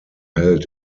held